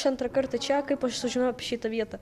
aš antrą kartą čia kaip aš sužinojau apie šitą vietą